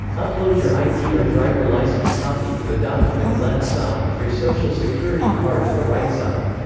upload your id or driver licence copy to the document left side and your social security card to the right side.